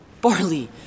Barley